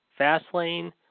Fastlane